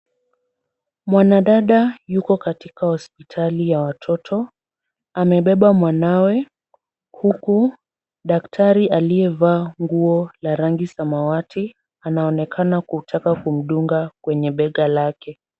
Mwanadada yuko katika hospitali ya watoto, amebeba mwanawe huku daktari aliyevaa nguo la rangi samawati anaonekana kutaka kumdunga kwenye bega lake.